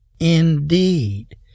indeed